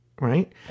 right